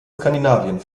skandinavien